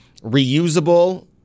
reusable